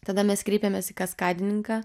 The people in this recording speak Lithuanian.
tada mes kreipėmės į kaskadininką